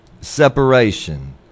Separation